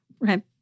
right